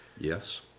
Yes